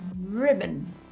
Ribbon